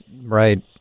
Right